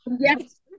Yes